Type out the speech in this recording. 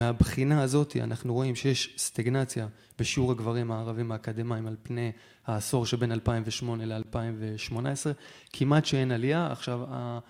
מהבחינה הזאת אנחנו רואים שיש סטגנציה בשיעור הגברים הערבים האקדמיים על פני העשור שבין 2008 אל 2018 כמעט שאין עלייה. עכשיו ה...